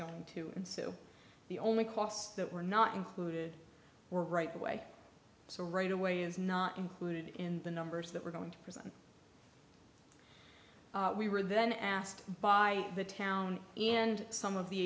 going to ensue the only costs that were not included were right away so right away is not included in the numbers that we're going to present we were then asked by the town and some of the